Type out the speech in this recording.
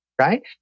Right